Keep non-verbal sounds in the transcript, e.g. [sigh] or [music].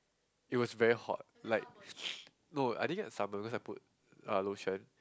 it was very hot like [noise] no I didn't get sunburn because I put uh lotion